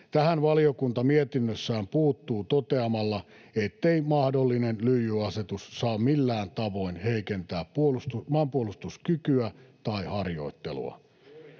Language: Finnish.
Tähän valiokunta mietinnössään puuttuu toteamalla, ettei mahdollinen lyijyasetus saa millään tavoin heikentää maanpuolustuskykyä tai ‑harjoittelua.